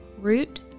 Root